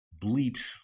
Bleach